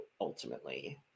ultimately